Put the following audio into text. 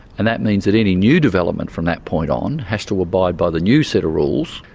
and that means that any new development from that point on, has to abide by the new set of rules,